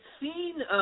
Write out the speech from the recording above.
seen